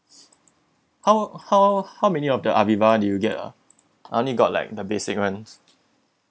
how how how many of the Aviva did you get ah I only got like the basic [one]